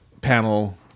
panel